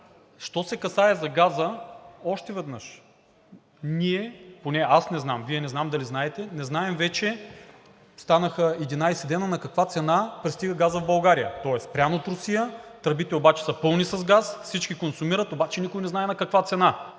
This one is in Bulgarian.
Що се касае за газа още веднъж. Ние, поне аз не знам, Вие не знам дали знаете, не знаем, вече станаха 11 дни, на каква цена пристига газът в България?! Той е спрян от Русия. Тръбите обаче са пълни с газ, всички консумират, обаче никой не знае на каква цена.